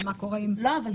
זה הכלל.